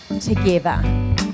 together